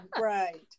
right